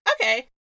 Okay